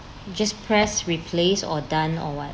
just press replay or done or what